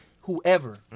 whoever